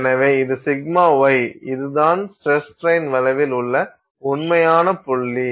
எனவே இது σy இதுதான் ஸ்டிரஸ் ஸ்ட்ரெயின் வளைவில் உள்ள உண்மையான புள்ளி